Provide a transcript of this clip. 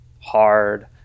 hard